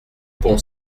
pont